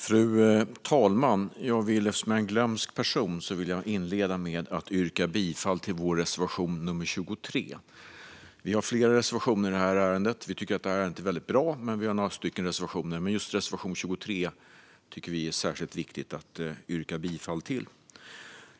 Fru talman! Eftersom jag är en glömsk person vill jag inleda med att yrka bifall till vår reservation nummer 23. Vi har flera reservationer i det här ärendet. Vi tycker att ärendet är väldigt bra men har några reservationer. Just reservation 23 tycker vi att det är särskilt viktigt att yrka bifall till.